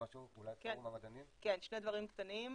עוד שני דברים קטנים.